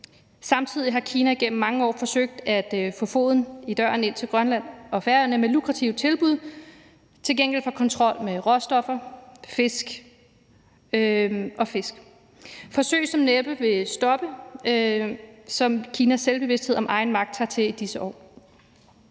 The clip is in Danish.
Samtidig har Kina igennem mange år forsøgt at få foden i døren ind til Grønland og Færøerne med lukrative tilbud til gengæld for kontrol med mineraler, råstoffer og fisk. Det er forsøg, som næppe vil stoppe, sådan som Kinas selvbevidsthed om egen magt tager til i disse år.